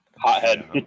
Hothead